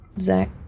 Zach